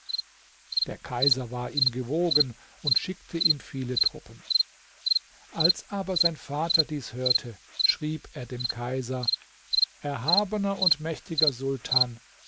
der kaiser war ihm gewogen und schickte ihm viele truppen als aber sein vater dies hörte schrieb er dem kaiser erhabener und mächtiger sultan